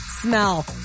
smell